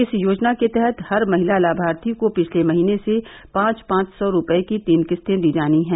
इस योजना के तहत हर महिला लाभार्थी को पिछले महीने से पांच पांच सौ रुपये की तीन किस्तें दी जानी हैं